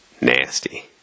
Nasty